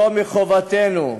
זו חובתנו.